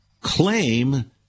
claim